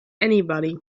anybody